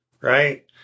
Right